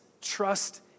trust